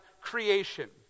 creation